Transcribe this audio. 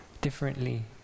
differently